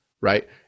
right